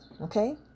okay